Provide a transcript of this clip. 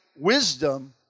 wisdom